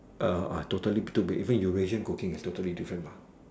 uh totally two things even Eurasian cooking is totally different mah